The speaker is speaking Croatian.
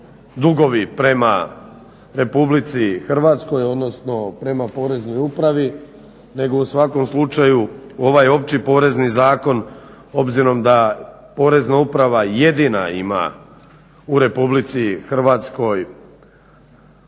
prema Republici Hrvatskoj, odnosno prema poreznoj upravi nego u svakom slučaju ovaj Opći porezni zakon obzirom da Porezna uprava jedina ima u Republici Hrvatskoj,